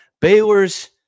Baylor's